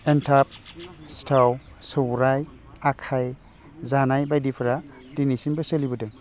एन्थाब सिथाव सौराइ आखाय जानाय बायदिफोरा दिनैसिमबो सोलिबोदों